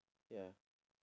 ya